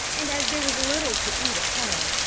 and as there was little to eat at home,